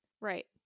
Right